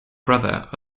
brother